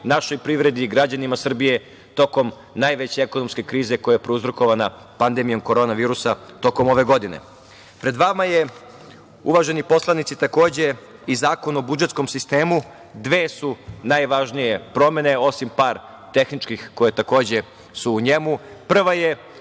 našoj privredi i građanima Srbije tokom najveće ekonomske krize koja je prouzrokovana pandemijom korona virusa tokom ove godine. Pred vama je, uvaženi poslanici, takođe i Zakon o budžetskom sistemu. Dve su najvažnije promene, osim par tehničkih koje su takođe u njemu. Prva